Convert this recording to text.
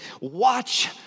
watch